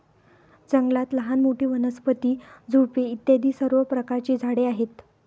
जंगलात लहान मोठी, वनस्पती, झुडपे इत्यादी सर्व प्रकारची झाडे आहेत